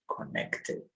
connected